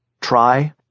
try